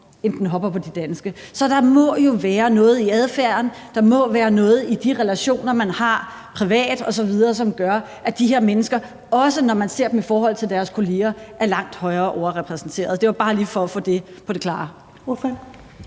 som den hopper på de danske. Så der må jo være noget i adfærden, der må være noget i de relationer, man har privat osv., som gør, at de her mennesker, også når man ser dem i forhold til deres kolleger, er langt overrepræsenteret. Det var bare lige for at få det på det klare.